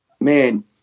man